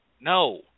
no